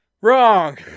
Wrong